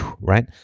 right